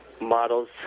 models